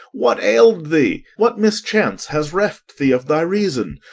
what ailed thee? what mischance has reft thee of thy reason?